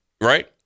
right